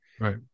right